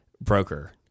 broker